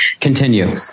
Continue